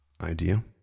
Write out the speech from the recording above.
idea